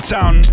Town